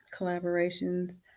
collaborations